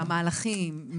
מהמהלכים,